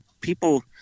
people